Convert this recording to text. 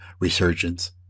resurgence